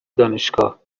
دانشگاه